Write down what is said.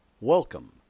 Welcome